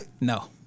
no